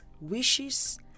wishes